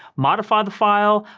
modify the file,